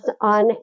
on